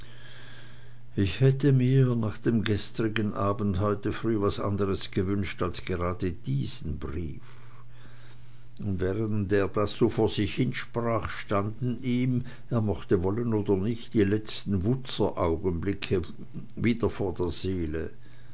ich hätte mir nach dem gestrigen abend heute früh was andres gewünscht als gerade diesen brief und während er das so vor sich hin sprach standen ihm er mochte wollen oder nicht die letzten wutzer augenblicke wieder vor der seele